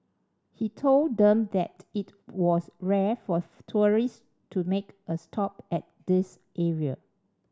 he told them that it was rare forth tourists to make a stop at this area